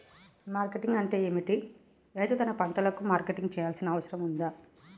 Marketing అంటే ఏమిటి? రైతు తన పంటలకు మార్కెటింగ్ చేయాల్సిన అవసరం ఉందా?